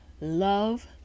Love